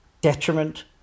detriment